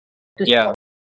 ya